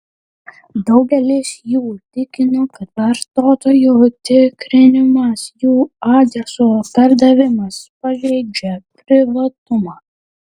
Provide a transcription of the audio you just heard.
daugelis jų tikino kad vartotojų tikrinimas jų adresų perdavimas pažeidžia privatumą